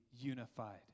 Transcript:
unified